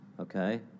Okay